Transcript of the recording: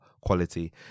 quality